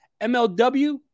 MLW